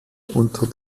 unter